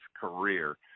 career